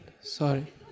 Sorry